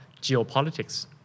geopolitics